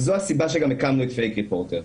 וזו הסיבה שגם הקמנו את "פייק ריפורטר".